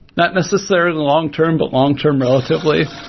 not necessarily long term, but long-term relatively,